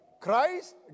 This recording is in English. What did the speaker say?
Christ